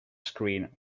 screen